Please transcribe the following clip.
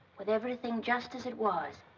with everything just as it was?